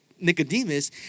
Nicodemus